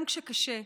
גם כשקשה,